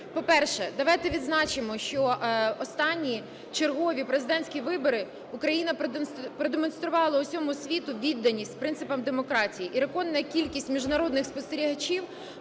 По-перше, давайте відзначимо, що останні чергові президентські вибори Україна продемонструвала усьому світу відданість принципам демократії, і рекордна кількість міжнародних спостерігачів,